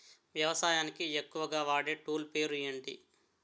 వ్యవసాయానికి ఎక్కువుగా వాడే టూల్ పేరు ఏంటి?